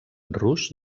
rus